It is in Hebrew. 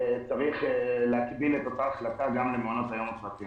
צריך להקביל את אותה החלטה גם למעונות היום הפרטיים.